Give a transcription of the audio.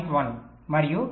1 మరియు ఇక్కడ ఇది 0